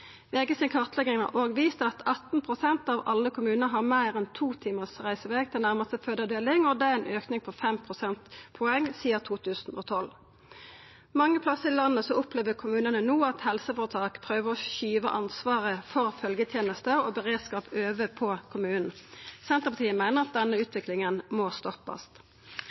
vist at 18 pst. av alle kommunar har meir enn 2 timars reiseveg til nærmaste fødeavdeling. Det er ein auke på 5 prosentpoeng sidan 2012. Mange plassar i landet opplever kommunane no at helseføretak prøver å skyva ansvaret for følgjeteneste og beredskap over på kommunen. Senterpartiet meiner at denne utviklinga må stoppast.